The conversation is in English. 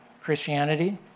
Christianity